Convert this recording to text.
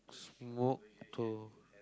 smoke to